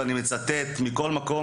ואני מצטט: "מכל מקום,